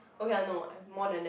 okay ah no I more than that